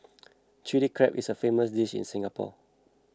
Chilli Crab is a famous dish in Singapore